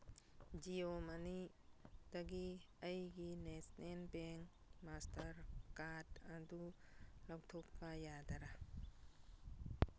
ꯖꯤꯑꯣ ꯃꯅꯤꯗꯒꯤ ꯑꯩꯒꯤ national bank master card ꯑꯗꯨ ꯂꯧꯊꯣꯛꯄ ꯌꯥꯗꯔꯥ